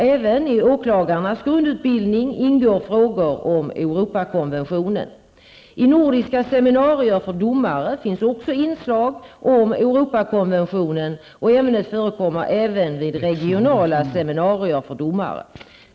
Även i åklagarnas grundutbildning ingår frågor om Europakonventionen. I nordiska seminarier för domare finns också inslag om Europakonventionen och ämnet förekommer även vid regionala seminarier för domare.